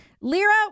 Lira